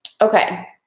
Okay